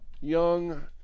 young